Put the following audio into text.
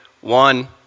One